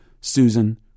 Susan